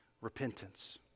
repentance